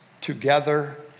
together